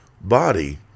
body